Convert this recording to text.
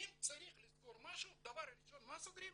אם צריך לסגור משהו, דבר ראשון מה סוגרים?